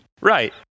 Right